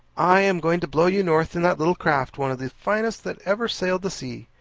i am going to blow you north in that little craft, one of the finest that ever sailed the sea.